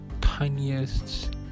tiniest